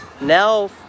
now